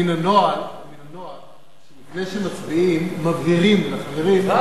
מן הנוהל ומן הנוהג שלפני שמצביעים מבהירים לחברים,